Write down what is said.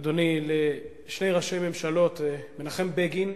אדוני, לשני ראשי ממשלות: מנחם בגין,